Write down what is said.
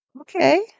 okay